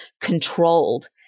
controlled